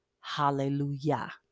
Hallelujah